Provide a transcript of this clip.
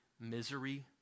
misery